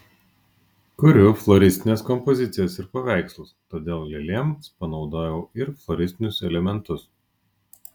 kuriu floristines kompozicijas ir paveikslus todėl lėlėms panaudojau ir floristinius elementus